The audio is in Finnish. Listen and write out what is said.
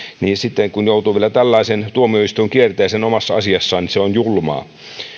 ja sitten kun joutuu vielä tällaiseen tuomioistuinkierteeseen omassa asiassaan niin se on julmaa